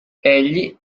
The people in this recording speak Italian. egli